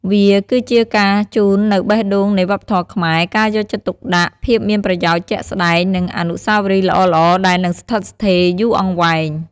វាគឺជាការជូននូវបេះដូងនៃវប្បធម៌ខ្មែរ ការយកចិត្តទុកដាក់ ភាពមានប្រយោជន៍ជាក់ស្តែង និងអនុស្សាវរីយ៍ល្អៗដែលនឹងស្ថិតស្ថេរយូរអង្វែង។